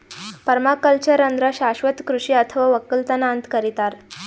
permaculture ಅಂದ್ರ ಶಾಶ್ವತ್ ಕೃಷಿ ಅಥವಾ ವಕ್ಕಲತನ್ ಅಂತ್ ಕರಿತಾರ್